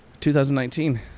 2019